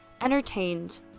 entertained